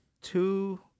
two